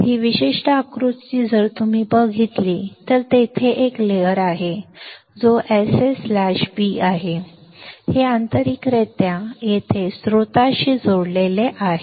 ही विशिष्ट आकृती जर तुम्ही बघितली तर तेथे एक थर आहे जो SS स्लॅश B आहे हे आंतरिकरित्या येथे स्त्रोताशी जोडलेले आहे